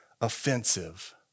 offensive